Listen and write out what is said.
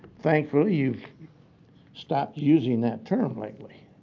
thankfully you've stopped using that term lately,